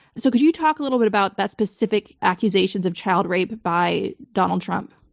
so could you talk a little bit about that specific accusation of child rape by donald trump?